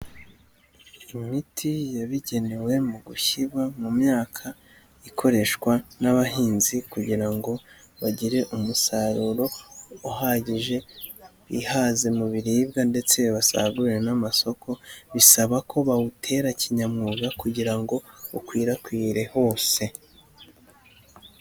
Imiti yabigenewe mu gushyirwa mu myaka ikoreshwa n'abahinzi kugira ngo bagire umusaruro uhagije, bihaze mu biribwa ndetse basagurire n'amasoko, bisaba ko bawutera kinyamwuga kugira ngo ukwirakwire hose.